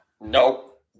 Nope